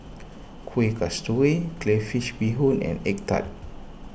Kueh Kasturi Crayfish BeeHoon and Egg Tart